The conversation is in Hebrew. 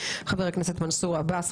חבר הכנסת מנסור עבאס,